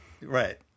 right